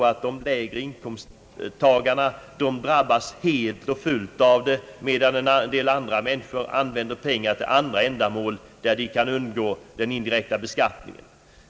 De lägre inkomsttagarna drabbas helt och fullt medan en del människor använder pengarna till andra ändamål där de kan undgå den indirekta beskattningen.